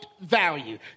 value